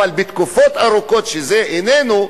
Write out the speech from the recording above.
אבל תקופות ארוכות זה איננו,